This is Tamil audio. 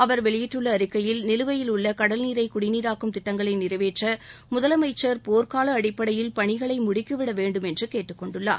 அவர் வெளியிட்டுள்ள அறிக்கையில் நிலுவையில் உள்ள கடல்நீரை குடிநீராக்கும் திட்டங்களை நிறைவேற்ற முதலமைச்ச் போர்க்கால அடிப்படையில் பணிகளை முடுக்கிவிட வேண்டும் என்று கேட்டுக்கொண்டுள்ளார்